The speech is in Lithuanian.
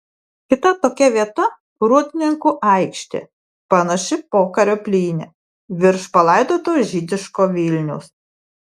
kita tokia vieta rūdninkų aikštė panaši pokario plynė virš palaidoto žydiško vilniaus